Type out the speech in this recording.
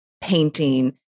painting